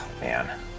man